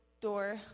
door